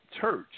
church